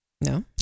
No